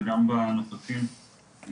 וגם בנוכחים,